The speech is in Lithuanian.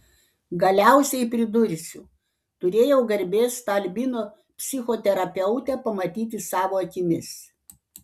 galiausiai pridursiu turėjau garbės tą albino psichoterapeutę pamatyti savo akimis